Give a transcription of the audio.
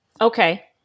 Okay